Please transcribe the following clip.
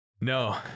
No